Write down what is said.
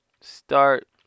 start